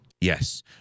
Yes